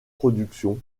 production